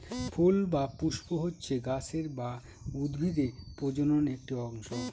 ফুল বা পুস্প হচ্ছে গাছের বা উদ্ভিদের প্রজনন একটি অংশ